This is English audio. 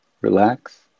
relax